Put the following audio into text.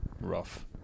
Rough